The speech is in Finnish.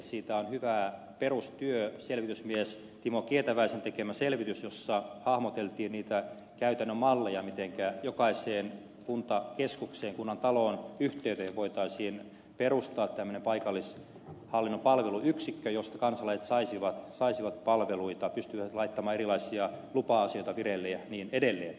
siitä on hyvä perustyö selvitysmies timo kietäväisen tekemä selvitys jossa hahmoteltiin niitä käytännön malleja mitenkä jokaiseen kuntakeskukseen kunnantalon yhteyteen voitaisiin perustaa tämmöinen paikallishallinnon palveluyksikkö josta kansalaiset saisivat palveluita ja jossa pystyisivät laittamaan erilaisia lupa asioita vireille ja niin edelleen